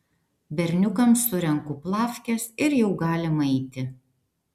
berniukams surenku plafkes ir jau galim eiti